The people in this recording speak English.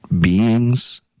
beings